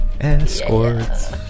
Escorts